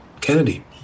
Kennedy